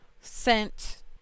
sent